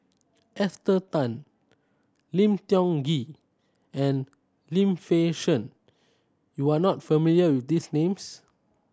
Esther Tan Lim Tiong Ghee and Lim Fei Shen you are not familiar with these names